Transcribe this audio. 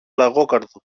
λαγόκαρδου